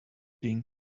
being